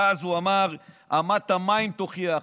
ואז הוא אמר: אמת המים תוכיח,